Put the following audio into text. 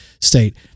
state